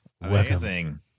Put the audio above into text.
amazing